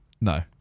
No